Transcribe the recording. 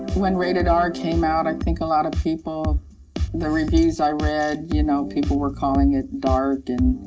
when rated r came out, i think a lot of people the reviews i read, you know, people were calling it dark and